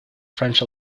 french